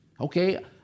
Okay